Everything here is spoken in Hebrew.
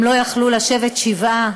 הם לא יכלו לשבת שבעה,